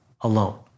alone